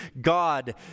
God